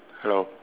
hello